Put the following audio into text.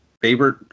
favorite